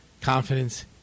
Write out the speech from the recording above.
confidence